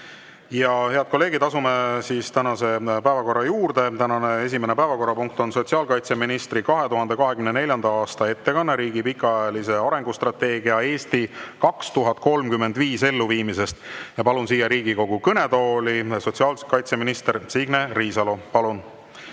Head kolleegid, asume tänase päevakorra juurde. Tänane esimene päevakorrapunkt on sotsiaalkaitseministri 2024. aasta ettekanne riigi pikaajalise arengustrateegia "Eesti 2035" elluviimisest. Palun siia Riigikogu kõnetooli sotsiaalkaitseminister Signe Riisalo. Palun!